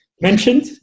mentioned